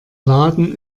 laden